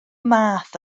math